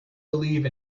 believe